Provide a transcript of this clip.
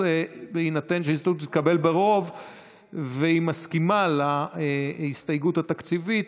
בהינתן שההסתייגות תתקבל ברוב והיא מסכימה להסתייגות התקציבית,